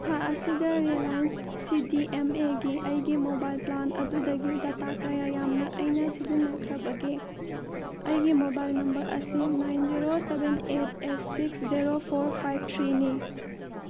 ꯊꯥ ꯑꯁꯤꯗ Reliance C D M ꯑꯦꯒꯤ ꯑꯩꯒꯤ ꯃꯣꯕꯥꯏꯜ ꯄ꯭ꯂꯥꯟ ꯑꯗꯨꯗꯒꯤ ꯗꯇꯥ ꯀꯌꯥ ꯌꯥꯝꯅ ꯑꯩꯅ ꯁꯤꯖꯤꯟꯅꯈ꯭ꯔꯕꯒꯦ ꯑꯩꯒꯤ ꯃꯣꯕꯥꯏꯜ ꯅꯝꯕꯔ ꯑꯁꯤ nine zero seven eight eight six zero four five ꯊ꯭ꯔꯤꯅꯤ